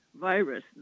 virus